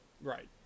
Right